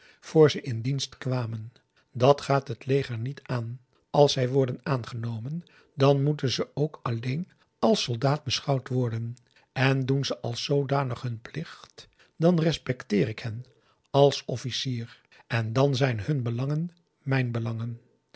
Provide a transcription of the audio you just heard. ze in dienst kwamen dat gaat het leger niet aan als zij worden aangenomen dan moeten ze ook alleen als soldaat beschouwd worden en doen ze als zoodanig hun plicht dan respecteer ik hen als officier en dan zijn hun belangen mijn belangen